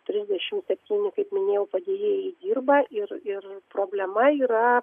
trisdešimt septyni kaip minėjau padėjėjai dirba ir problema yra